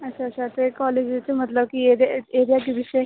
अच्छा अच्छा फिर कॉलेज च मतलब कि एह्दे एह्दे अग्गें पिच्छें